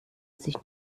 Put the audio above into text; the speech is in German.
sich